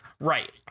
right